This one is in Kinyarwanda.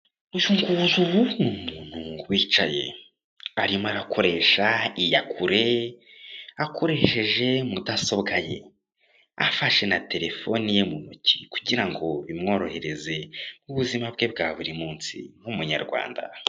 Umuntu wicaye urimo urakoresha iyakure akoresheje mudasobwa ye, afashe na terefone mu ntoki kugirango bimworohereze ubuzima bwe bwaburi munsi nk'umunyarwanda.